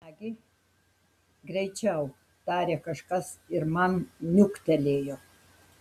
nagi greičiau tarė kažkas ir man niuktelėjo